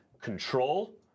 control